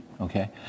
Okay